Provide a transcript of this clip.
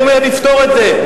הוא אומר: נפתור את זה.